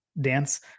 dance